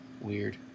weird